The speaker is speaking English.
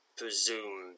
presume